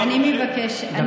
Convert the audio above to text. אני מבקשת, please.